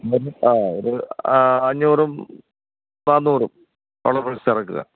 ആ ഒരു അഞ്ഞൂറും നാന്നൂറും ഹോളോ ബ്റിക്സ് ഇറക്കുക